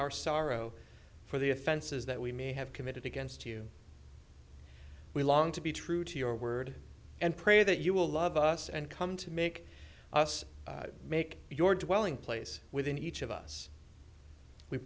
our sorrow for the offenses that we may have committed against you we long to be true to your word and pray that you will love us and come to make us make your dwelling place within each of